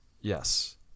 yes